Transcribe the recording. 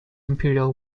imperial